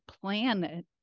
planet